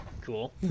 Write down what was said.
cool